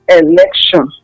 election